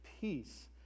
peace